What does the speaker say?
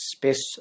Space